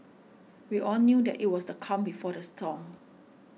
we all knew that it was the calm before the storm